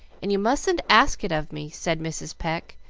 and you mustn't ask it of me, said mrs. pecq,